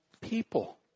people